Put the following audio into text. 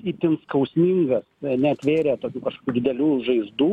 itin skausmingas neatvėrė tokių didelių žaizdų